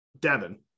Devin